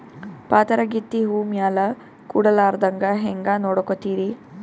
ಪಾತರಗಿತ್ತಿ ಹೂ ಮ್ಯಾಲ ಕೂಡಲಾರ್ದಂಗ ಹೇಂಗ ನೋಡಕೋತಿರಿ?